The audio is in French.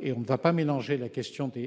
et on ne va pas mélanger la question des